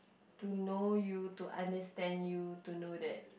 to know you to understand you to know that